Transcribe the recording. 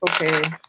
Okay